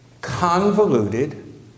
convoluted